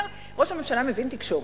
אומר: ראש הממשלה מבין תקשורת,